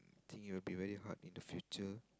think it will be very hard in the future